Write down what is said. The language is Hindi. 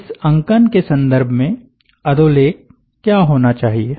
इस अंकन के संदर्भ में अधोलेख क्या होना चाहिए